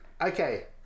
Okay